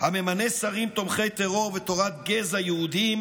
הממנה שרים תומכי טרור ותורת גזע יהודיים,